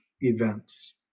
events